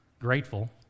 grateful